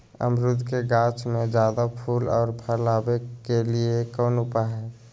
अमरूद के गाछ में ज्यादा फुल और फल आबे के लिए कौन उपाय है?